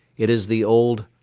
it is the old,